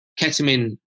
ketamine